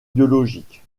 biologiques